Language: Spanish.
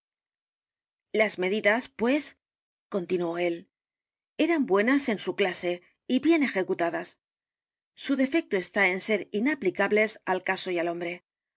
las medidas pues continuó él eran buenas en su clase y bien ejecutadas su defecto está en ser inaplicables al caso y al hombre